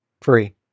free